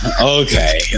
Okay